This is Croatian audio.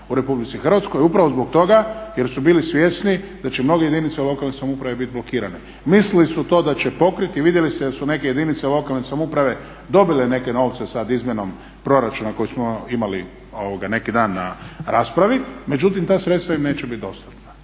u RH upravo zbog toga jer su bili svjesni da će mnoge jedinice lokalne samouprave bit blokirane. Mislili su to da će pokriti, vidjeli ste da su neke jedinice lokalne samouprave dobile neke novce sad izmjenom proračuna koju smo imali neki dan na raspravi. Međutim, ta sredstva im neće bit dostatna.